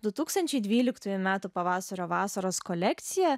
du tūkstančiai dvylikųjų metų pavasario vasaros kolekciją